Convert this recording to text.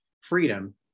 freedom